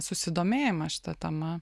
susidomėjimą šita tema